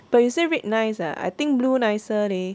but you say red nice ah I think blue nicer leh